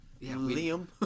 Liam